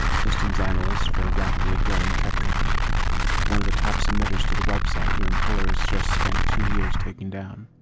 systems analyst for a rapidly growing tech company, and one of the top submitters to the website your employers just spent two years taking down.